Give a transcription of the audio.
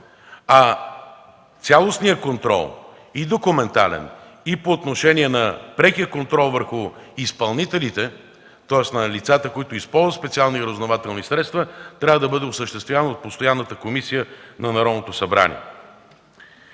а цялостният контрол – документален и по отношение на прекия контрол върху изпълнителите, тоест на лицата, които използват специални разузнавателни средства, трябва да бъде осъществяван от постоянната комисия на Народното събрание.